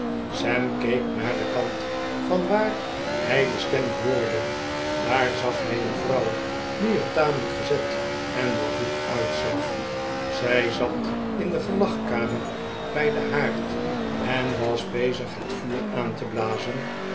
sam keek naar den kant vanwaar hij de stem hoorde daar zag hij een vrouw die er tamelijk gezet en doorvoed uitzag zij zat in de gelagkamer bij den haard en was bezig het vuur aan te blazen